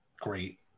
Great